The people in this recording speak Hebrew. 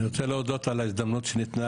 אני רוצה להודות על ההזדמנות שניתנה